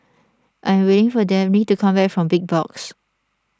I am waiting for Dabney to come back from Big Box